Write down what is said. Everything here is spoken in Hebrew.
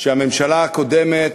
שהממשלה הקודמת,